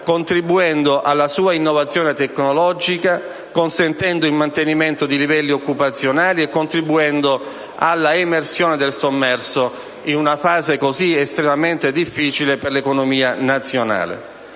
contribuendo alla sua innovazione tecnologica, consentendo il mantenimento di livelli occupazionali e contribuendo alla emersione del sommerso in una fase cosi estremamente difficile per l'economia nazionale.